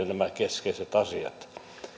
nämä keskeiset asiat